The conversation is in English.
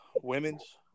women's